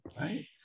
right